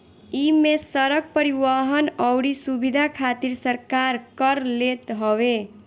इमे सड़क, परिवहन अउरी सुविधा खातिर सरकार कर लेत हवे